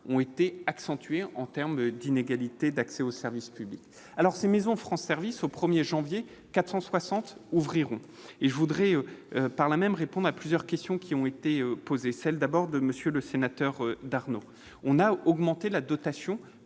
ont été accentuées en termes d'inégalités d'accès aux services publics, alors ces Maisons France service au 1er janvier 460 ouvriront et je voudrais par là même répondre à plusieurs questions qui ont été posées, celle d'abord de monsieur le sénateur d'Arnaud on a augmenté la dotation